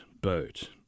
boat